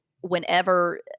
whenever